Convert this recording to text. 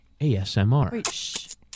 ASMR